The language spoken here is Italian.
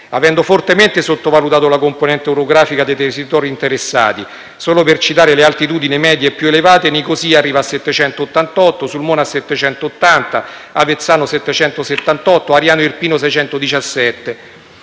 stata fortemente sottovalutata la componente orografica dei territori interessati: solo per citare le altitudini medie più elevate, Nicosia arriva a 788 metri su livello del mare, Sulmona a 780, Avezzano 778 e Ariano Irpino a 617.